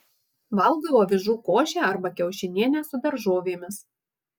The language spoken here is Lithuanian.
valgau avižų košę arba kiaušinienę su daržovėmis